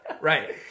right